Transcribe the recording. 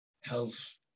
health